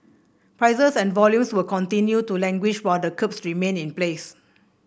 prices and volumes will continue to languish while the curbs remain in place